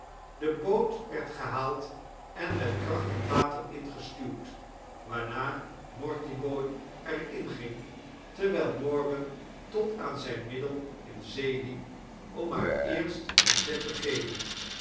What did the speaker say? de boot werd gehaald en met kracht het water ingestuwd waarna mortibooi er in ging terwyl morgan tot aan zgn middel in zee liep om haar eerst een zet te geven